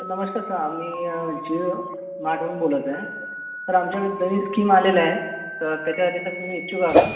तर नमस्कार सर आम्ही जिओमार्टमधून बोलत आहे तर आमच्याकडे नवीन स्कीम आलेल्या आहेत तर त्याच्यासाठी सर तुम्ही इच्छुक आहात का